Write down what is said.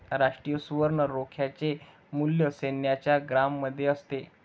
राष्ट्रीय सुवर्ण रोख्याचे मूल्य सोन्याच्या ग्रॅममध्ये असते